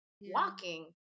walking